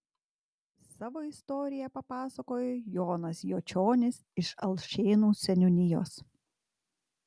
savo istoriją papasakojo jonas jočionis iš alšėnų seniūnijos